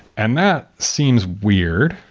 and that seems weird,